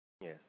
Yes